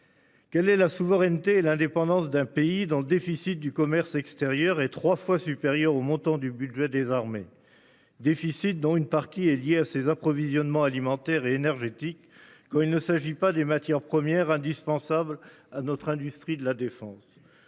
Quelle est la souveraineté, l'indépendance d'un pays dont le déficit du commerce extérieur est 3 fois supérieur au montant du budget des armées. Déficit, dont une partie est liée à ses approvisionnements alimentaires et énergétiques quand il ne s'agit pas des matières premières indispensables à notre industrie de la défense.